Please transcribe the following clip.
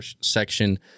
section